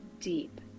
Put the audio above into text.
deep